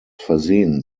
versehen